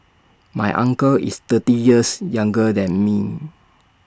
my uncle is thirty years younger than me